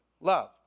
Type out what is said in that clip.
love